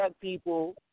people